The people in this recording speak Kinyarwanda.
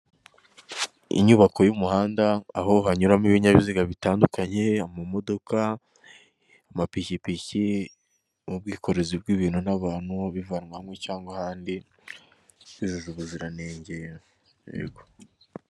Inyubako y'umuhanda, aho hanyuramo ibinyabiziga bitandukanye, amamodoka, amapikipiki, ubwikorezi bw'ibintu n'abantu bivanwa hamwe cyangwa ahandi. Byujuje ubuziranenge. Yego.